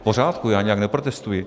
V pořádku, já nijak neprotestuji.